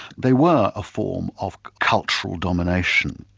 they were a form of cultural domination,